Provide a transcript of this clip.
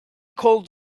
called